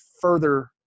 further